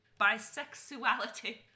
bisexuality